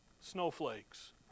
snowflakes